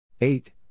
eight